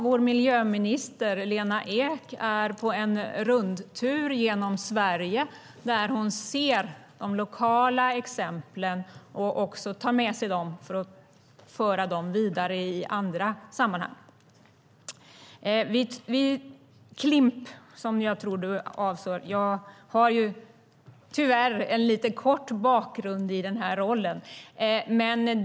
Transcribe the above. Vår miljöminister Lena Ek är på en rundtur genom Sverige där hon ser de lokala exemplen och tar med sig dem för att föra dem vidare i andra sammanhang. Jag tror att du avsåg Klimp. Jag har tyvärr en kort bakgrund i den här rollen.